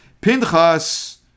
Pinchas